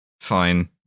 Fine